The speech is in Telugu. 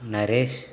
నరేష్